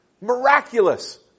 Miraculous